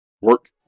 Work